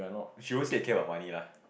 she always take care of money lah